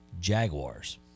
Jaguars